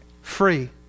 free